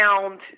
found